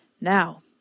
Now